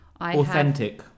authentic